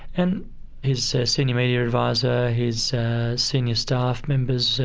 and his senior media advisor, his senior staff members,